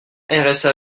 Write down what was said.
rsa